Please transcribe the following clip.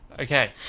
Okay